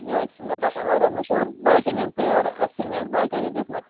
یے چھُ مےٚ باسان وارِیاہ مےٚ چھُ یورٕ باقین ہُنٛد تہِ یورٕ ایسٹمیٹ باقیو تہِ دیُمُت